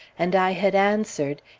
and i had answered,